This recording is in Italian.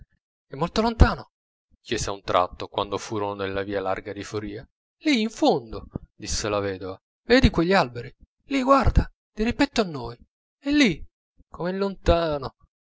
è molto lontano chiese a un tratto quando furono nella via larga di foria lì in fondo disse la vedova vedi quegli alberi lì guarda dirimpetto a noi è lì com'è lontano